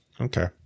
Okay